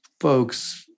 folks